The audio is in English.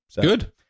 Good